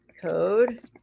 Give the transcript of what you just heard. code